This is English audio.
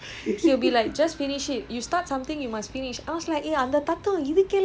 we'll be asking him we will be like coach we're seriously tired already can we discontinue nope